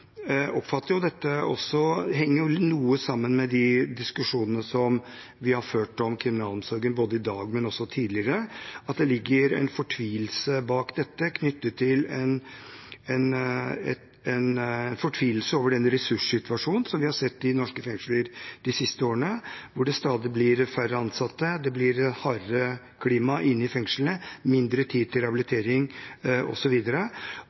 oppfatter at dette henger noe sammen med de diskusjonene vi har ført om kriminalomsorgen, både i dag og tidligere – at det ligger en fortvilelse bak dette og over den ressurssituasjonen som vi har sett i norske fengsler de siste årene, hvor det stadig blir færre ansatte, hardere klima inne i fengslene, mindre tid til